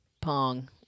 Pong